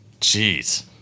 Jeez